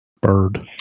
Bird